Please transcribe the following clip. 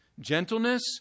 gentleness